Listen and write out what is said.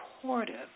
supportive